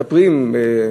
מספרים,